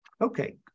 Okay